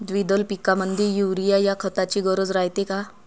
द्विदल पिकामंदी युरीया या खताची गरज रायते का?